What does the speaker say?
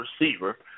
receiver